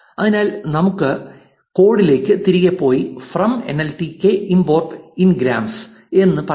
അതിനാൽ നമുക്ക് കോഡിലേക്ക് തിരികെ പോയി 'ഫ്രം എൻഎൽടികെ ഇമ്പോർട്ട് ഇൻഗ്രാംസ്' എന്ന് പറയാം